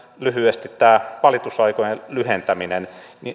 lyhyesti tämä valitusaikojen lyhentäminen